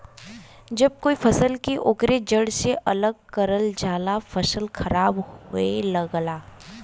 जब कोई फसल के ओकरे जड़ से अलग करल जाला फसल खराब होये लगला